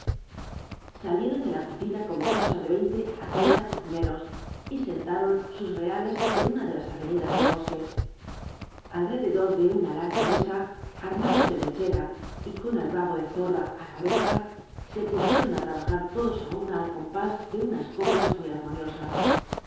salieron tle la cocina como cosa de yeinte á treinta cocineros y sentaron sus reales en una de las avenidas del bosque al rededor de una larga mc a armados de mechero y con el rabo de zorra á la or ja se pusieron á trabajar todos ú nna al compús de unas coplas muy armoniosas